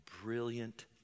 brilliant